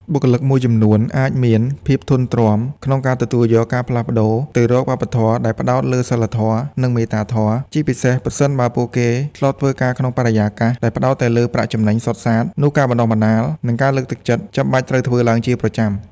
បុគ្គលិកមួយចំនួនអាចមាន ភាពធន់ទ្រាំ ក្នុងការទទួលយកការផ្លាស់ប្ដូរទៅរកវប្បធម៌ដែលផ្ដោតលើសីលធម៌ និងមេត្តាធម៌ ជាពិសេសប្រសិនបើពួកគេធ្លាប់ធ្វើការក្នុងបរិយាកាសដែលផ្ដោតតែលើប្រាក់ចំណេញសុទ្ធសាធ នោះការបណ្ដុះបណ្ដាល និងការលើកទឹកចិត្តចាំបាច់ត្រូវធ្វើឡើងជាប្រចាំ។